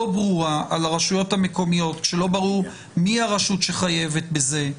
ברורה על הרשויות המקומיות כאשר לא ברור מי הרשות שחייבת בזה,